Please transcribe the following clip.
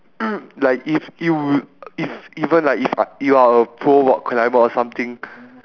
like if you if even like if a~ you are a pro rock climber or something